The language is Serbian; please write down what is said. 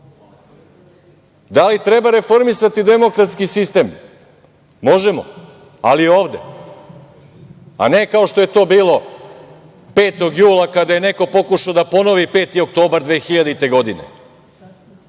li treba reformisati demokratski sistem? Možemo, ali ovde, a ne kako što je to bilo 5. jula kada je neko pokušao da ponovi 5. oktobar 2000. godine,